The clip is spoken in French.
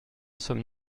sommes